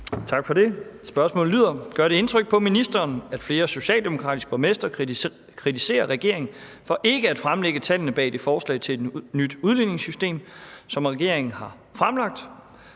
Tak for det. Spørgsmålet lyder: Gør det indtryk på ministeren, at flere socialdemokratiske borgmestre kritiserer regeringen for ikke at fremlægge tallene bag det forslag til et nyt udligningssystem, som regeringen har fremlagt,